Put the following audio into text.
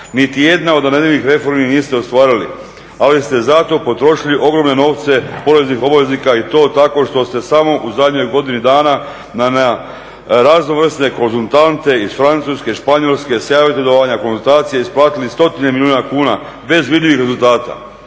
Niti jednu od navedenih reformi niste ostvarili ali ste zato potrošili ogromne novce poreznih obveznika i to tako što ste samo u zadnjoj godini dana na raznovrsne konzultantne iz Francuske, Španjolske, savjetovanja, konzultacije isplatiti stotine milijuna kuna bez vidljivih rezultata.